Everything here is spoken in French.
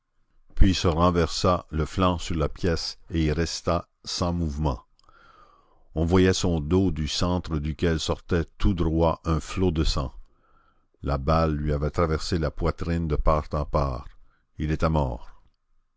puis se renversa le flanc sur la pièce et y resta sans mouvement on voyait son dos du centre duquel sortait tout droit un flot de sang la balle lui avait traversé la poitrine de part en part il était mort